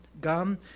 gum